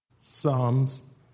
Psalms